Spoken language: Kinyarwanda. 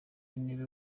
w’intebe